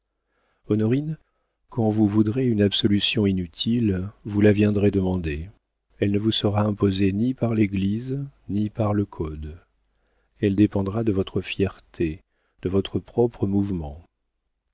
honorine quand vous voudrez une absolution inutile vous la viendrez demander elle ne vous sera imposée ni par l'église ni par le code elle dépendra de votre fierté de votre propre mouvement